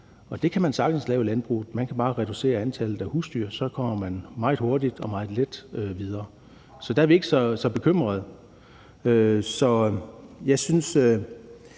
det kan man sagtens lave i landbruget. Man kan bare reducere antallet af husdyr. Så kommer man meget hurtigt og meget let videre. Så der er vi ikke så bekymrede.